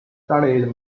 started